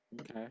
okay